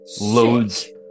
loads